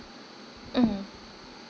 mm